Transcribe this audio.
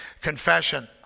confession